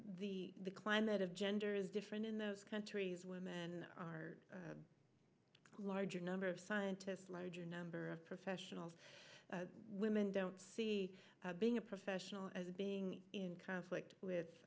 the climate of gender is different in those countries women are a larger number of scientists a larger number of professional women don't see being a professional as being in conflict